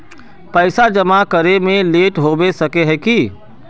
पैसा जमा करे में लेट होबे सके है की?